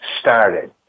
started